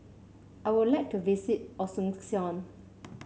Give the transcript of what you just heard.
I would like to visit Asuncion